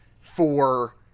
for-